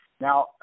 now